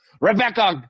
Rebecca